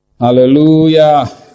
hallelujah